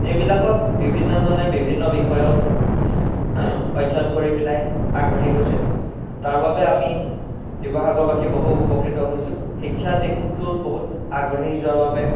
এইবিলাকত বিভিন্নজনে বিভিন্ন বিষয়ত অধ্যয়ন কৰি পেলাই আগবাঢ়ি গৈছে তাৰবাবে আমি শিৱসাগৰবাসী বহু উপকৃত হৈছোঁ শিক্ষাৰ দিশটোৰ বহু আগবাঢ়ি যোৱাৰ বাবে